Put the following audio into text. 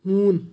ہوٗن